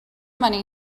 money